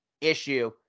issue